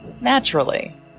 naturally